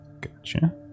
Gotcha